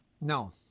No